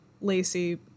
Lacey